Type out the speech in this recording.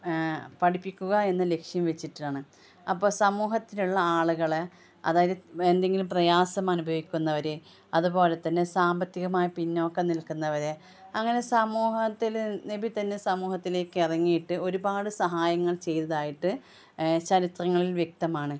പഠിപ്പിക്കുക എന്ന് ലക്ഷ്യം വച്ചിട്ടാണ് അപ്പോള് സമൂഹത്തിലുള്ള ആളുകളെ അതായത് എന്തെങ്കിലും പ്രയാസം അനുഭവിക്കുന്നവര് അതുപോലെതന്നെ സാമ്പത്തികമായി പിന്നോക്കം നിൽക്കുന്നവര് അങ്ങനെ സമൂഹത്തിൽ നബി തന്നെ സമൂഹത്തിലേക്ക് ഇറങ്ങിയിട്ട് ഒരുപാട് സഹായങ്ങൾ ചെയ്തതായിട്ട് ചരിത്രങ്ങളിൽ വ്യക്തമാണ്